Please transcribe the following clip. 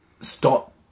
Stop